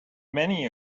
many